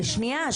שנייה,